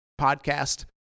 podcast